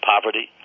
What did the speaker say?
Poverty